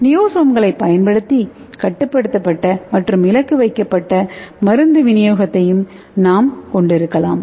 நியோசோம்களைப் பயன்படுத்தி கட்டுப்படுத்தப்பட்ட மற்றும் இலக்கு வைக்கப்பட்ட மருந்து விநியோகத்தையும் நாம் கொண்டிருக்கலாம்